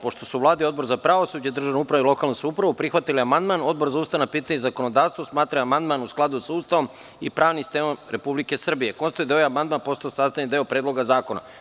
Pošto su Vlada i Odbor za pravosuđe, državnu upravu i lokalnu samoupravu prihvatili amandman, a Odbor za ustavna pitanja i zakonodavstvo smatra da je amandman u skladu sa Ustavom i pravnim sistemom Republike Srbije, konstatujem da je ovaj amandman postao sastavni deo Predloga zakona.